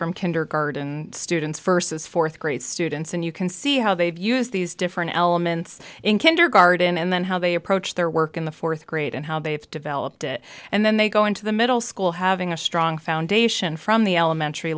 from kindergarten students versus fourth grade students and you can see how they've used these different elements in kindergarten and then how they approach their work in the fourth grade and how they have developed it and then they go into the middle school having a strong foundation from the elementary